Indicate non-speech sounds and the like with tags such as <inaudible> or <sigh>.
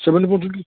ସେମାନେ <unintelligible>